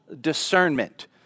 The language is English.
discernment